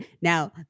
Now